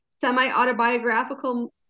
semi-autobiographical